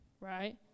right